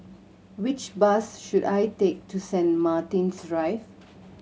which bus should I take to Saint Martin's Drive